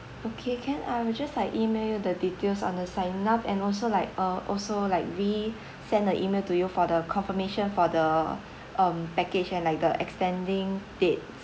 okay can I will just like email you the details on the sign up and also like uh also like resend the email to you for the confirmation for the um package and like the extending date